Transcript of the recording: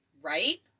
Right